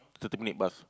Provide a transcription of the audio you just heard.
today meet bus